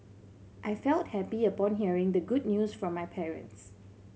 I felt happy upon hearing the good news from my parents